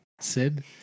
Sid